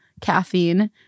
caffeine